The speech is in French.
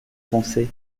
pensez